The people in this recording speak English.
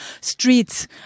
streets